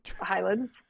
highlands